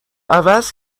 عوض